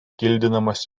kildinamas